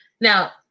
Now